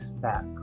back